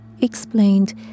explained